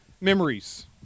memories